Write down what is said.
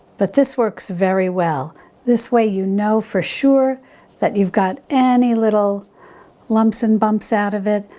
but this works very well this way you know for sure that you've got any little lumps and bumps out of it,